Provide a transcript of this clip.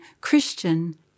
Christian